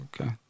Okay